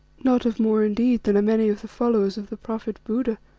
not of more indeed than are many of the followers of the prophet buddha,